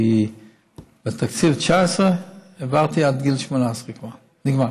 כי בתקציב 2019 העברתי כבר עד גיל 18. נגמר.